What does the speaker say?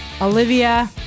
olivia